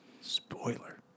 Spoiler